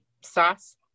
sauce